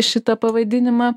šitą pavadinimą